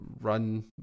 run